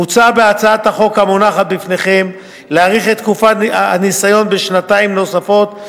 מוצע בהצעת החוק המונחת בפניכם להאריך את תקופת הניסיון בשנתיים נוספות,